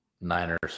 Niners